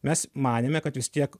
mes manėme kad vis tiek